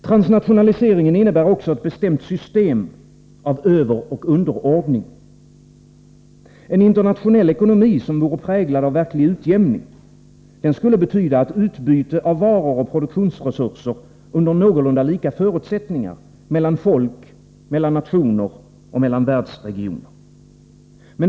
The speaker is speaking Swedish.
Transnationaliseringen innebär också ett bestämt system av överoch underordning. En internationell ekonomi, som vore präglad av verklig utjämning, skulle betyda ett utbyte av varor och produktionsresurser under någorlunda lika förutsättningar mellan folk, nationer och världsregioner.